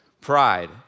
pride